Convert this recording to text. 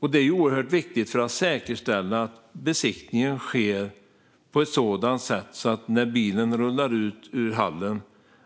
Det arbetet är oerhört viktigt för att säkerställa att besiktningen sker på ett sådant sätt att när bilen rullar ut ur hallen